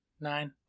nine